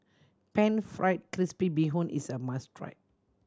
Pan Fried Crispy Bee Hoon is a must try